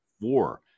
four